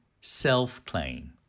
self-claim